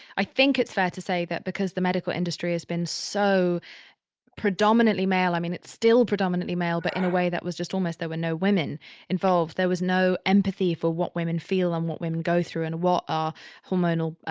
i think it's fair to say that because the medical industry has been so predominantly male. i mean, it's still predominantly male, but in a way that was just almost there were no women involved. there was no empathy for what women feel and what women go through and what ah hormonal